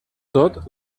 tot